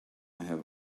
have